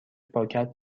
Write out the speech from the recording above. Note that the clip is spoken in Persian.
پاکت